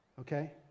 Okay